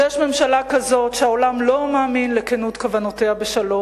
כשיש ממשלה כזאת שהעולם לא מאמין לכנות כוונותיה בשלום,